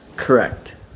Correct